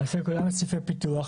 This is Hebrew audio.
-- -את סעיפי הפיתוח,